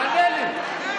תענה לי.